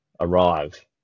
arrive